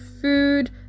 food